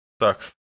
Sucks